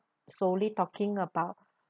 solely talking about